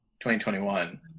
2021